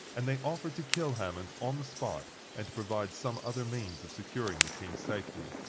and they offered to kill hammond on the spot, and to provide some other means of securing the king's safety.